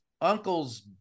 uncle's